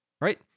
Right